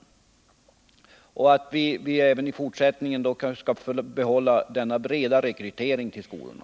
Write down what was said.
Jag hoppas också att vi även i fortsättningen skall få behålla den nuvarande breda rekryteringen till skolorna.